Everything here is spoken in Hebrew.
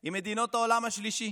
עם מדינות העולם השלישי.